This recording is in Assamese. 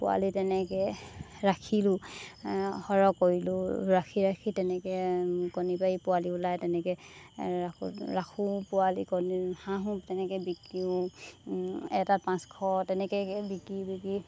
পোৱালি তেনেকৈ ৰাখিলোঁ সৰহ কৰিলোঁ ৰাখি ৰাখি তেনেকৈ কণী পাৰি পোৱালি ওলাই তেনেকৈ ৰাখোঁ ৰাখোঁ পোৱালি কণী হাঁহো তেনেকৈ বিকিও এটাত পাঁচশ তেনেকৈ বিকি বিকি